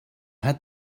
had